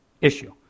issue